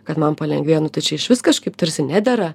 kad man palengvėjo nu tai čia išvis kažkaip tarsi nedera